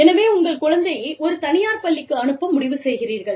எனவே உங்கள் குழந்தையை ஒரு தனியார்ப் பள்ளிக்கு அனுப்ப முடிவு செய்கிறீர்கள்